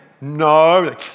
No